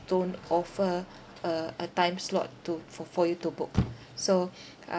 don't offer a a time slot to for for you to book so